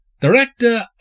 Director